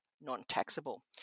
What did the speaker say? non-taxable